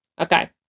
Okay